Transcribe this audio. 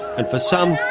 and for some,